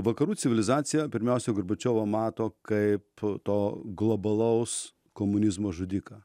vakarų civilizacija pirmiausia gorbačiovą mato kaip to globalaus komunizmo žudiką